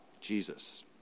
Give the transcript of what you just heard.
Jesus